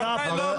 הכנסת גינזבורג.